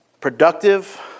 Productive